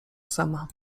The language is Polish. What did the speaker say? sama